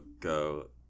go